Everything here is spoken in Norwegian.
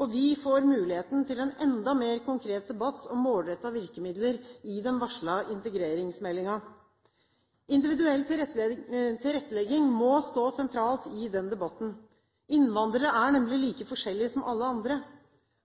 og vi får muligheten til en enda mer konkret debatt om målrettede virkemidler i den varslede integreringsmeldingen. Individuell tilrettelegging må stå sentralt i den debatten. Innvandrere er nemlig like forskjellige som alle andre.